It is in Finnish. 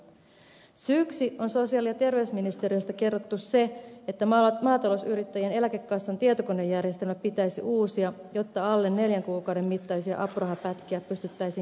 syyksi on sosiaali ja terveysministeriöstä kerrottu se että maatalousyrittäjien eläkekassan tietokonejärjestelmä pitäisi uusia jotta alle neljän kuukauden mittaisia apurahapätkiä pystyttäisiin käsittelemään